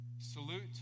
Salute